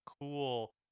cool